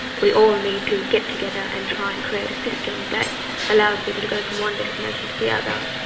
we all need to get together and try and create a system that allows people to go from one destination to the other.